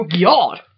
God